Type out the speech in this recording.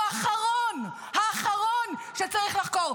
והוא האחרון, האחרון, שצריך לחקור.